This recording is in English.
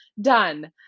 done